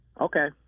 Okay